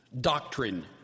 doctrine